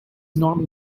not